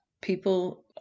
People